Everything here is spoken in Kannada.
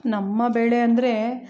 ನಮ್ಮ ಬೆಳೆ ಅಂದರೆ